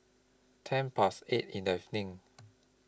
ten Past eight in The evening